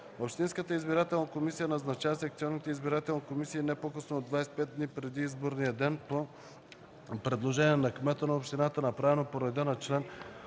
общинската избирателна комисия назначава секционните избирателни комисии не по-късно от 25 дни преди изборния ден по предложение на кмета на общината, направено по реда на чл.